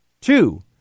Two